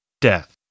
death